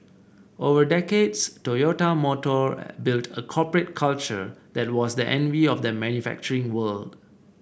over decades Toyota Motor built a corporate culture that was the envy of the manufacturing world